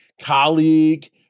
colleague